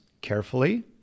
carefully